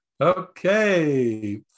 Okay